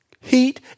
heat